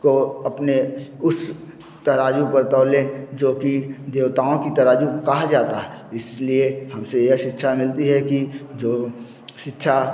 को अपने उस तराज़ू पर तौलें जो कि देवताओं का तराज़ू कहा जाता है इस लिए हमसे यह शिक्षा मिलती है कि जो शिक्षा